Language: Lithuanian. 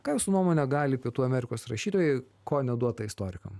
ką jūsų nuomone gali pietų amerikos rašytojai ko neduota istorikam